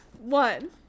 One